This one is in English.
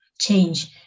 change